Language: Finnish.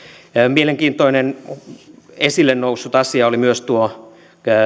mielenkiintoinen esille noussut asia oli myös tuo